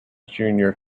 junior